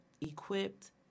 equipped